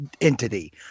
entity